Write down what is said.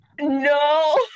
No